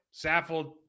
Saffold